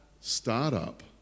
startup